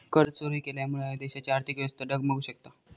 करचोरी केल्यामुळा देशाची आर्थिक व्यवस्था डगमगु शकता